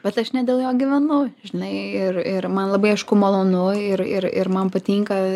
bet aš ne dėl jo gyvenu žinai ir ir man labai aišku malonu ir ir ir man patinka